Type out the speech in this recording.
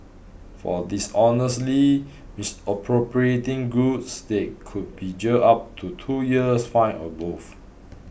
for dishonestly misappropriating goods they could be jailed up to two years fined or both